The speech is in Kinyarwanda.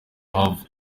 have